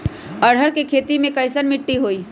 अरहर के खेती मे कैसन मिट्टी होइ?